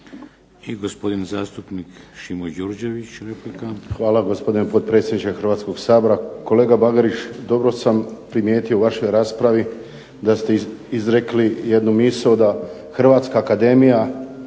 Hvala gospodine potpredsjedniče Hrvatskog sabora.